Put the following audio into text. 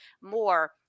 more